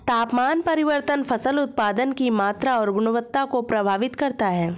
तापमान परिवर्तन फसल उत्पादन की मात्रा और गुणवत्ता को प्रभावित करता है